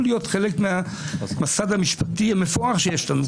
להיות חלק מהמסד המשפטי המפואר שיש לנו,